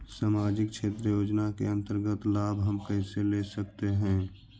समाजिक क्षेत्र योजना के अंतर्गत लाभ हम कैसे ले सकतें हैं?